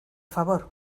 favor